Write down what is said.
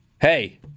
hey